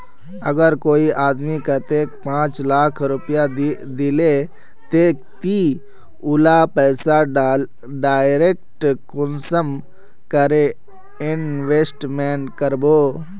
अगर कोई आदमी कतेक पाँच लाख रुपया दिले ते ती उला पैसा डायरक कुंसम करे इन्वेस्टमेंट करबो?